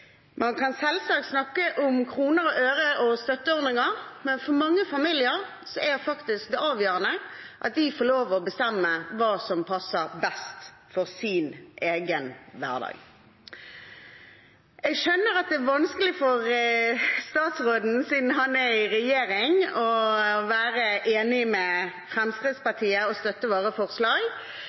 Man kan selvsagt snakke om kroner og øre og støtteordninger, men for mange familier er faktisk det avgjørende at de får lov å bestemme hva som passer best for sin egen hverdag. Jeg skjønner at det er vanskelig for statsråden, siden han er i regjering, å være enig med Fremskrittspartiet og støtte våre forslag,